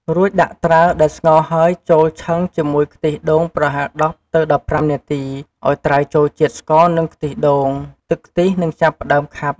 រួច ដាក់ត្រាវដែលស្ងោរហើយចូលឆឹងជាមួយខ្ទិះដូងប្រហែល ១០ ទៅ១៥ នាទីឱ្យត្រាវចូលជាតិស្ករនិងខ្ទិះដូង។ ទឹកខ្ទិះនឹងចាប់ផ្ដើមខាប់។